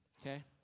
okay